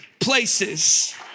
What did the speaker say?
Places